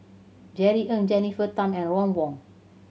Jerry Ng Jennifer Tham and Ron Wong